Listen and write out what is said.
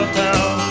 town